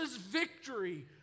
victory